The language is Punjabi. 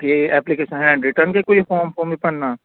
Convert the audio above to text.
ਅਤੇ ਐਪਲੀਕੇਸ਼ਨ ਹੈਂਡਰਿਟਨ ਵੀ ਕੋਈ ਫੋਮ ਫੂਮ ਭਰਨਾ